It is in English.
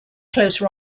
close